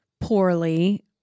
poorly